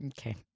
Okay